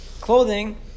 clothing